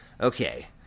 Okay